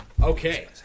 Okay